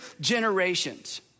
generations